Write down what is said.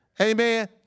Amen